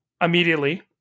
immediately